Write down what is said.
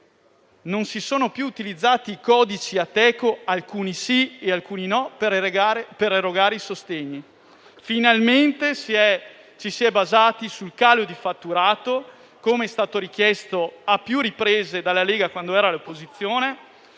non si sono più utilizzati i codici Ateco - alcuni sì e alcuni no - per erogare i sostegni. Finalmente ci si è basati sul calo del fatturato, come è stato richiesto a più riprese dalla Lega quando era all'opposizione,